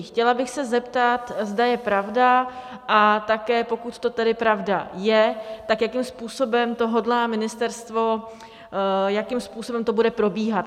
Chtěla bych se zeptat, zda je pravda, a také, pokud to tedy pravda je, tak jakým způsobem to hodlá ministerstvo, jakým způsobem to bude probíhat.